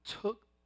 took